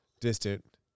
distant